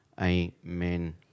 Amen